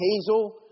Hazel